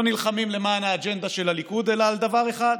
נלחמים למען האג'נדה של הליכוד אלא על דבר אחד: